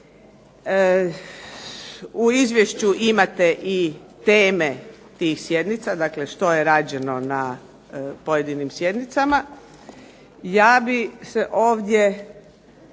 u Izvješću imate i teme tih sjednica, dakle što je rađeno na pojedinim sjednicama. Ja bih se ovdje